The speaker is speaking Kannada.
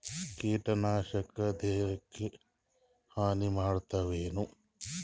ಕೀಟನಾಶಕ ದೇಹಕ್ಕ ಹಾನಿ ಮಾಡತವೇನು?